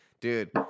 Dude